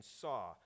saw